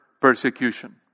persecution